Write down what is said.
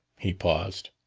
he paused.